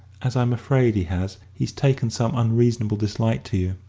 as i'm afraid he has, he's taken some unreasonable dislike to you.